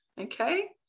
Okay